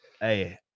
Hey